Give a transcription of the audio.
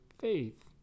faith